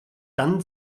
dann